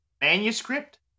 manuscript